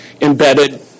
embedded